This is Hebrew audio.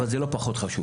אבל זה לא פחות חשוב,